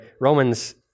Romans